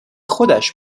خودش